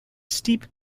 steep